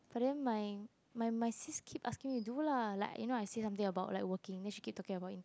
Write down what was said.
but then my my my sis keep asking me to do lah like you know I say something about like working then she keep talking about internship